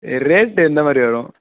rate எந்த மாதிரி வேணும்